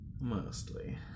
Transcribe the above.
Mostly